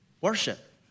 worship